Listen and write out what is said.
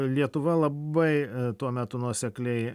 lietuva labai tuo metu nuosekliai